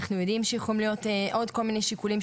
אנחנו יודעים שיכולים להיות עוד כל מיני שיקולים,